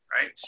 right